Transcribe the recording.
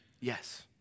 Yes